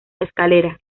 escalera